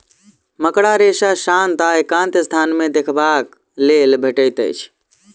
मकड़ा रेशा शांत आ एकांत स्थान मे देखबाक लेल भेटैत अछि